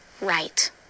right